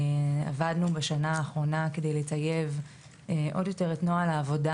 עבדנו בשנה האחרונה כדי לטייב עוד יותר את נוהל העבודה,